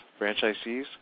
franchisees